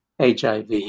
HIV